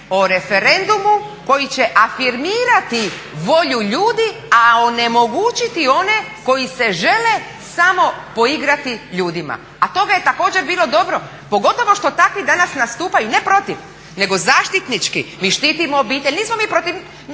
o referendumu koji će afirmirati volju ljudi, a onemogućiti one koji se žele samo poigrati ljudima, a toga je također bilo dobro, pogotovo što takvi danas nastupaju ne protiv nego zaštitnički. Mi štitimo obitelj, nismo mi protiv